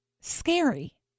scary